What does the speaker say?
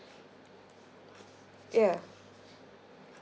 yeah